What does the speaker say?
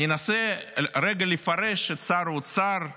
אני אנסה רגע לפרש את שר האוצר.